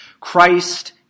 Christ